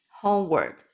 homeward